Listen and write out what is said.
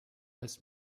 als